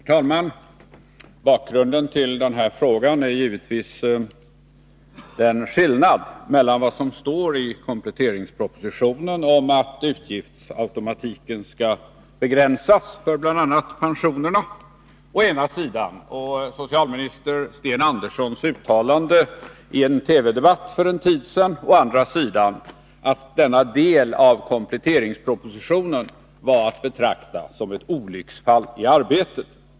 Herr talman! Bakgrunden till den här frågan är givetvis skillnaden mellan vad som står i kompletteringspropositionen om att utgiftsautomatiken skall begränsas för bl.a. pensioner, å ena sidan, och socialminister Sten Anderssons uttalande i en TV-debatt för en tid sedan, å andra sidan, att denna del av kompletteringspropositionen var ett olycksfall i arbetet.